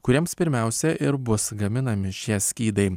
kuriems pirmiausia ir bus gaminami šie skydai